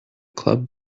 club